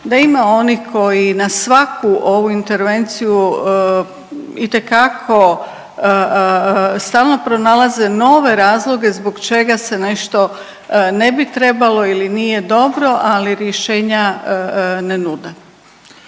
da ima onih koji na svaku ovu intervenciju itekako stalno pronalaze nove razloge zbog čega se nešto ne bi trebalo ili nije dobro, ali rješenja ne nude.